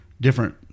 different